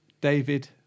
david